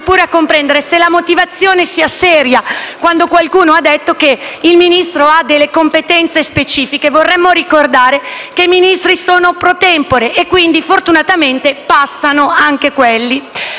a comprendere se sia seria la motivazione che ha spinto qualcuno a dire che il Ministro ha delle competenze specifiche: vorremmo ricordare che i Ministri sono *pro tempore* e quindi, fortunatamente, passano anche quelli.